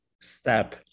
step